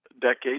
decades